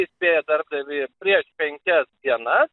įspėja darbdavį prieš penkias dienas